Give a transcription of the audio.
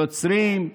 נוצרים,